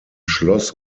schloss